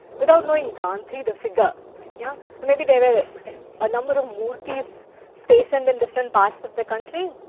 without knowing gandhi, the figure yeah and maybe there were a number of murthy's stationed in different parts of the country.